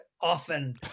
often